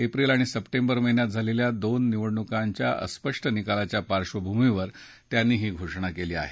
April आणि सप्टेंबर महिन्यात झालेल्या दोन निवडणूकांच्या अस्पष्ट निकालाच्या पार्श्वभूमीवर त्यांनी ही घोषणा केली आहे